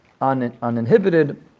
uninhibited